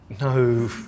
no